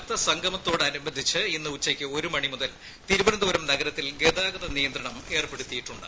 ഭക്ത്സംഗമത്തോടനുബന്ധിച്ച് ഇന്ന് ഉച്ചയ്ക്ക് ഒരുമണിമുതൽ തിരുവനന്തപുരം നഗരത്തിൽ ഗതാഗത നിയന്ത്രണം ഏർപ്പെടുത്തിയിട്ടുണ്ട്